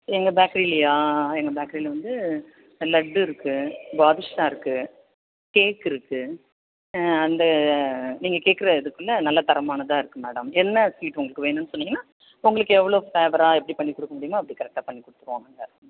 எங்கள் பேக்கரிலேயா எங்கள் பேக்கரியில் வந்து லட்டு இருக்குது பாதுஷா இருக்குது கேக் இருக்குது அந்த நீங்கள் கேக்கிற இதுக்குள்ளே நல்லா தரமானதாக இருக்குது மேடம் என்ன ஸ்வீட் உங்களுக்கு வேணுன்னு சொன்னிங்கன்னா உங்களுக்கு எவ்வளோ ஃபேவராக எப்படி பண்ணி கொடுக்க முடியுமோ அப்படி கரெக்டாக பண்ணி கொடுத்துருவோம் நாங்கள்